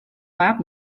vajab